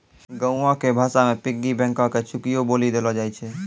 गांवो के भाषा मे पिग्गी बैंको के चुकियो बोलि देलो जाय छै